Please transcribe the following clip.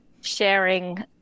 sharing